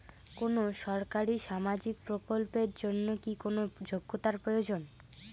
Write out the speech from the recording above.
কোনো সরকারি সামাজিক প্রকল্পের জন্য কি কোনো যোগ্যতার প্রয়োজন?